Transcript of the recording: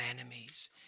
enemies